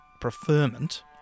preferment